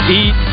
eat